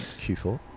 Q4